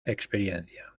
experiencia